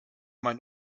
mein